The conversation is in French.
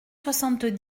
soixante